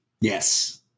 Yes